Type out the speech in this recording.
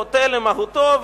חוטא למהותו,